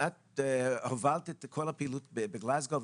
את הובלת את כל הפעילות בגלזגו,